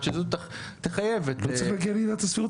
שזו תחייב את --- לא צריך להגיע לעילת הסבירות,